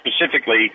specifically